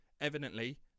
Evidently